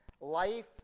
life